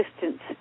distance